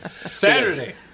Saturday